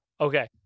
Okay